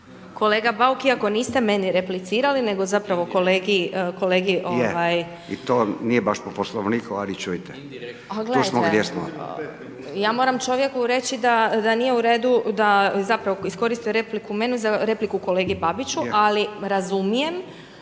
Kolega Bauk, iako niste meni replicirali nego zapravo kolegi …/Upadica Radin: Je i to vam nije baš po poslovniku, ali čujte tu smo gdje smo./… a gledajte, ja moram čovjeku reći da nije u redu, da zapravo iskoristio repliku meni, za repliku kolegi Babiću, ali razumijem